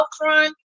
upfront